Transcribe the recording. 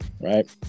right